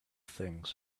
things